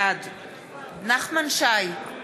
בעד נחמן שי,